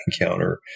encounter